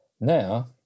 Now